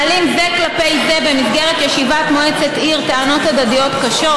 מעלים זה כלפי זה במסגרת ישיבת מועצת עיר טענות הדדיות קשות,